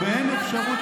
או באין אפשרות,